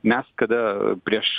mes kada prieš